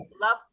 love